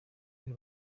ruhe